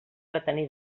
retenir